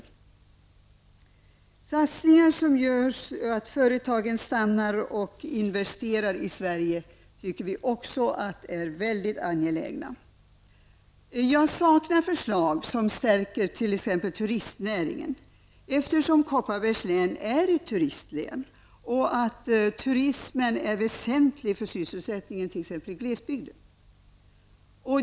Vi tycker också att satsningar som görs för att företagen skall stanna och investera i Sverige är väldigt angelägna. Jag saknar förslag som t.ex. stärker turistnäringen, eftersom Kopparbergs län är ett turistlän och turismen är väsentlig för sysselsättningen i t.ex. glesbygden.